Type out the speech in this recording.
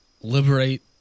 liberate